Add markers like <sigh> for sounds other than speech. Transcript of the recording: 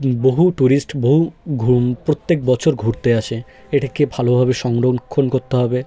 বহু ট্যুরিস্ট বহু <unintelligible> প্রত্যেক বছর ঘুরতে আসে এটাকে ভালোভাবে সংরক্ষণ করতে হবে